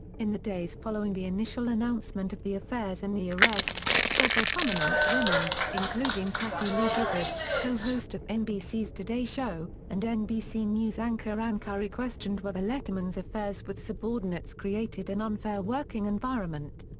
in the days following the initial announcement of the affairs and the arrest, several prominent women, including kathie lee gifford, co-host of nbc's today show, and nbc news anchor ann curry questioned whether letterman's affairs with subordinates created an unfair working environment.